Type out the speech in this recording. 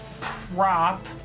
prop